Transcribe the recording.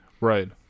Right